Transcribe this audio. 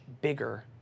bigger